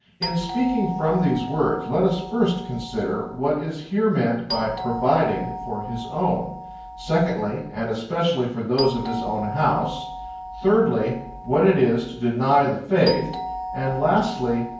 in speaking from these words, let us first consider what is here meant by providing for his own secondly, and especially for those of his own house thirdly, what it is to deny the faith and lastly,